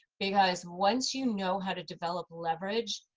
because once you know how to develop leverage,